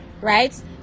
right